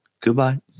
goodbye